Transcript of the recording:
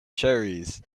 cherries